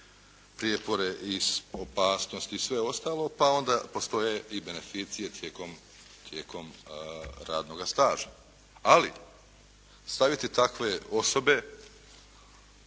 prijepore i opasnosti, sve ostalo, pa onda postoje i beneficije tijekom radnoga staža. Ali stavljati takve osobe